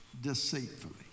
deceitfully